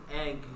egg